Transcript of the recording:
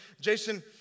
Jason